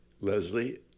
Leslie